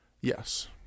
Yes